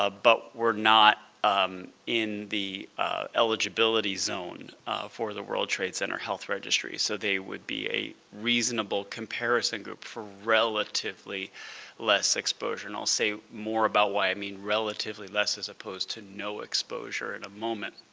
ah but were not in the eligibility zone for the world trade center health registry, so they would be a reasonable comparison group for relatively less exposure. and i'll say more about why i mean relatively less as opposed to no exposure in a moment.